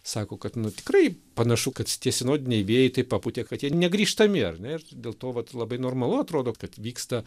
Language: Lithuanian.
sako kad nu tikrai panašu kad tie sinodiniai vėjai taip papūtė kad jie negrįžtami ar ne ir dėl to vat labai normalu atrodo kad vyksta